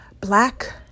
Black